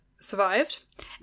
survived